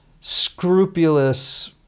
scrupulous